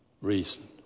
reason